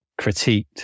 critiqued